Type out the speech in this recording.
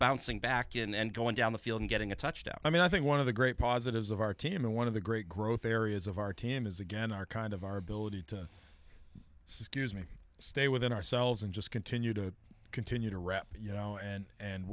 bouncing back and going down the field and getting a touchdown i mean i think one of the great positives of our team and one of the great growth areas of our team is again our kind of our ability to scuse me stay within ourselves and just continue to continue to rap you know and